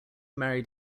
married